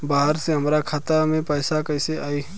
बाहर से हमरा खाता में पैसा कैसे आई?